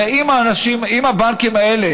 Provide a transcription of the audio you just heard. הרי אם הבנקים האלה